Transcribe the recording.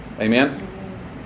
Amen